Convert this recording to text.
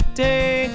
day